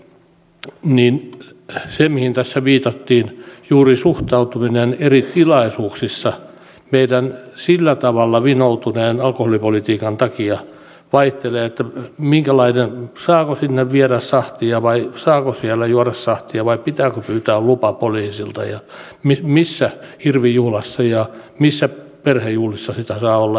se mihin tässä viitattiin on että juuri meidän sillä tavalla vinoutuneen alkoholipolitiikkamme takia suhtautuminen eri tilaisuuksissa vaihtelee että saako sinne viedä sahtia vai saako siellä juoda sahtia vai pitääkö pyytää lupa poliisilta ja missä hirvijuhlassa ja missä perhejuhlissa sitä saa olla esillä